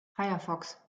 firefox